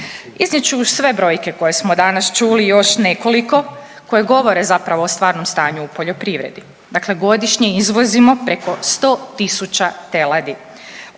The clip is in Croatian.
Iznijet ću sve brojke koje smo danas čuli i još nekoliko koje govore zapravo o stvarnom stanju u poljoprivredi. Dakle, godišnje izvozimo preko 100.000 teladi,